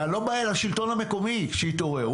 אני לא בא אל השלטון המקומי ואומר לו שיתעורר.